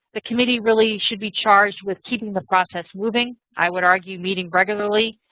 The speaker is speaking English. the committee really should be charged with keeping the process moving. i would argue leading regularly,